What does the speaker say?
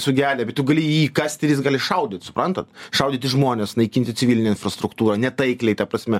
sugedę bet tu gali jį įkąst ir jis gali šaudyt suprantat šaudyti žmones naikinti civilinę infrastruktūrą netaikliai ta prasme